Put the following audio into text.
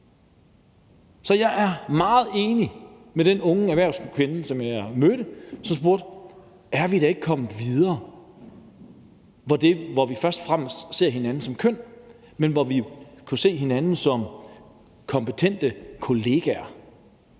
Så jeg er meget enig med den unge erhvervskvinde, jeg mødte, som spurgte: Er vi da ikke kommet videre, end hvor vi først og fremmest ser hinanden som køn? Er vi da ikke kommet derhen, hvor vi kunne se hinanden som kompetente kollegaer?